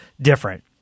different